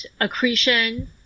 accretion